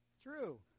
True